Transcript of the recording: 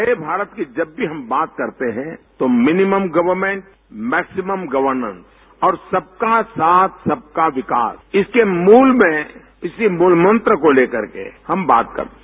नए भारत की जब भी हम बात करते हैं तो शिनिमम गवमैंट मैक्सिमम गवनेंस और सबका साथ सबका विकास इसके मूल में इसी मूलमंत्र को लेकर के हम बात करते हैं